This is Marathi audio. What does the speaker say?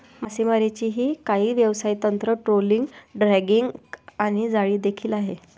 मासेमारीची काही व्यवसाय तंत्र, ट्रोलिंग, ड्रॅगिंग आणि जाळी देखील आहे